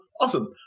awesome